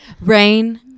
Rain